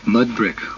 mud-brick